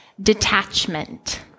detachment